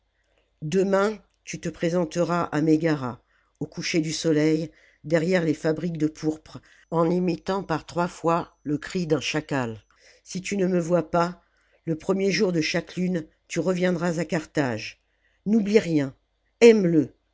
demain tu te présenteras à mégara au coucher du soleil derrière les fabriques de pourpre en imitant par trois fois le cri d'un chacal si tu ne me vois pas le premier jour de chaque lune tu reviendras à carthage n'oublie rien aime-le